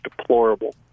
deplorable